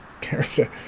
character